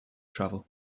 travel